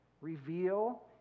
reveal